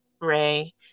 Ray